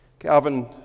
Calvin